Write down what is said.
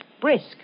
brisk